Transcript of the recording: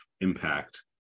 impact